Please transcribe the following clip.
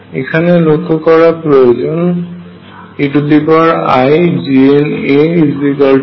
এখানে লক্ষ্য করা প্রয়োজন eiGna1